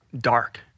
dark